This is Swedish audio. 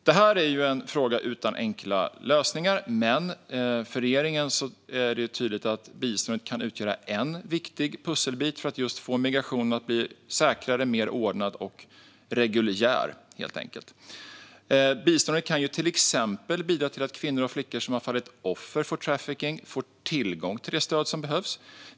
Detta är en fråga utan enkla lösningar, men för regeringen är det tydligt att biståndet kan utgöra en viktig pusselbit för att få migrationen att bli säkrare, mer ordnad och reguljär. Biståndet kan till exempel bidra till att kvinnor och flickor som har fallit offer för trafficking får tillgång till det stöd som behövs.